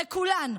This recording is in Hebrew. לכולן,